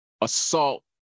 assault